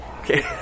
okay